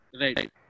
right